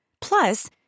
Plus